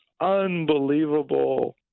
unbelievable